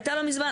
הייתה לא מזמן,